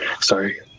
Sorry